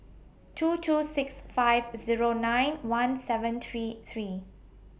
two two six five Zero nine one seven three three